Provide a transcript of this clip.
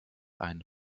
ein